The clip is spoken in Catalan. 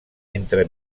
entre